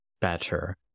better